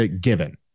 given